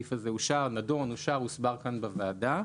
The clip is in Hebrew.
הסעיף הזה נדון, הוסבר ואושר בוועדה.